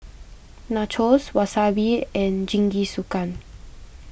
Nachos Wasabi and Jingisukan